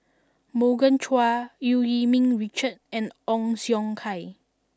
Morgan Chua Eu Yee Ming Richard and Ong Siong Kai